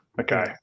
Okay